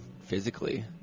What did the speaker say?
physically